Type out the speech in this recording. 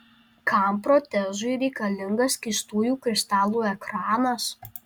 kam protezui reikalingas skystųjų kristalų ekranas